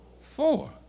four